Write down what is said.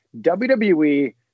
WWE